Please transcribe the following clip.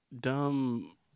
dumb